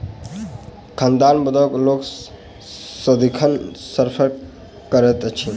खानाबदोश लोक सदिखन सफर करैत अछि